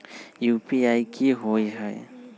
UPI कि होअ हई?